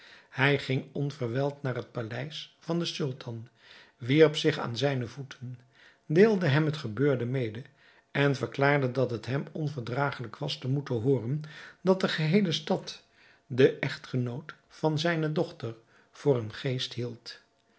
hij ging onverwijld naar het paleis van den sultan wierp zich aan zijne voeten deelde hem het gebeurde mede en verklaarde dat het hem onverdragelijk was te moeten hooren dat de geheele stad de echtgenoot van zijne dochter voor een geest hield